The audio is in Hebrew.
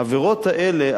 העבירות האלה,